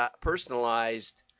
personalized